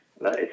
Nice